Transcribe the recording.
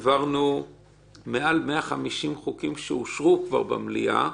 העברנו מעל 150 חוקים שאושרו כבר במליאה.